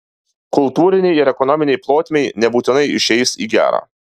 kultūrinei ir ekonominei plotmei nebūtinai išeis į gerą